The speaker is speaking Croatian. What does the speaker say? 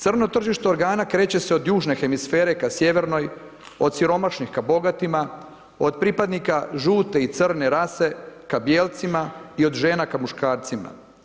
Crno tržište organa kreće se od južne hemisfere ka sjevernoj, od siromašnih ka bogatima, od pripadnika žute i crne rase ka bijelcima i od žena ka muškarcima.